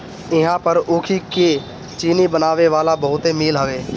इहां पर ऊखी के चीनी बनावे वाला बहुते मील हवे